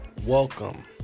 Welcome